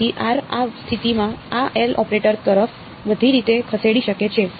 તેથી r આ સ્થિતિમાં આ L ઓપરેટર તરફ બધી રીતે ખસેડી શકે છે